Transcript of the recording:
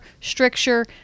stricture